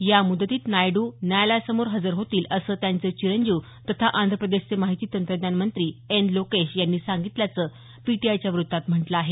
या मुदतीत नायडू न्यायालयासमोर हजर होतील असं त्यांचे चिरंजीव तथा आंध्रप्रदेशचे माहिती तंत्रज्ञान मंत्री एन लोकेश यांनी सांगितल्याचं पीटीआयच्या वृत्तात म्हटलं आहे